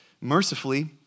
mercifully